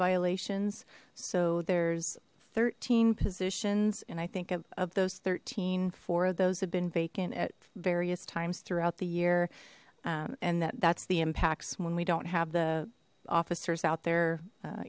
violations so there's thirteen positions and i think of those thirteen four of those have been vacant at various times throughout the year and that that's the impacts when we don't have the officers out there